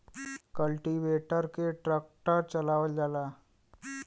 cultivator के tractor से चलावल जाला